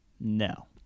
No